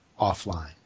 offline